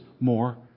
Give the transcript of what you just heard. more